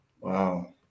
Wow